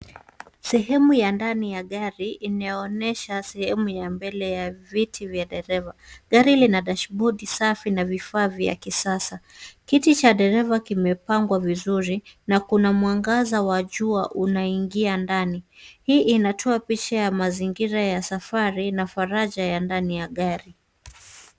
Sehemu ya ndani ya gari inayoonyesha sehemu ya mbele ya viti vya dereva. Gari lina dashibodi safi na vifaa vya kisasa. Kiti cha dereva kimepangwa vizuri na kuna mwangaza wa jua unaingia ndani. Hii inatoa picha ya mazingira ya safari na faraja ya ndani ya gari.